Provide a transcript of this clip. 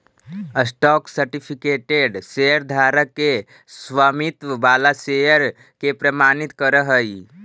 stock certificate शेयरधारक के स्वामित्व वाला शेयर के प्रमाणित करऽ हइ